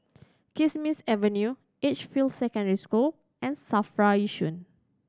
Kismis Avenue Edgefield Secondary School and SAFRA Yishun